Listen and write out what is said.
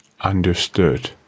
Understood